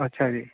ਅੱਛਾ ਜੀ